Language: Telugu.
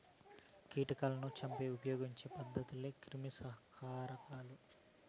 కీటకాలను చంపేకి ఉపయోగించే పదార్థాలే క్రిమిసంహారకాలు